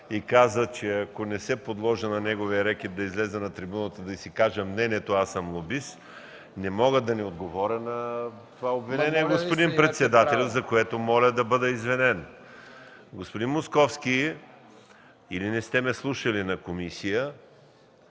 и каза, че ако не се подложа на неговия рекет – да изляза да трибуната и да кажа мнението си, аз съм лобист, не мога да не отговоря на това обвинение, господин председател. Затова моля да бъда извинен. Господин Московски, или не сте ме слушали на комисия,